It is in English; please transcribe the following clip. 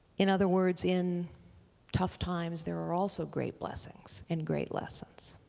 in other words, in tough times there are also great blessings and great lessons.